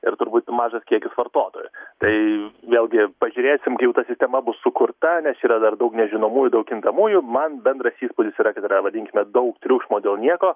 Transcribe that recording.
ir turbūt mažas kiekis vartotojų tai vėlgi pažiūrėsim kaip ta sistema bus sukurta nes yra dar daug nežinomųjų daug kintamųjų man bendras įspūdis yra kad yra vadinkime daug triukšmo dėl nieko